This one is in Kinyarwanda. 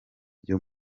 byo